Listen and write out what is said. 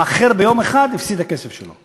מאחר ביום אחד, הפסיד את הכסף שלו.